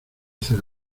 hacer